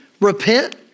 repent